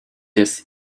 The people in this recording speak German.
des